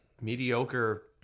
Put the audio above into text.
mediocre